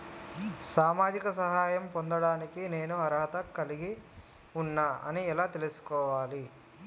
సామాజిక సహాయం పొందడానికి నేను అర్హత కలిగి ఉన్న అని ఎలా తెలుసుకోవాలి?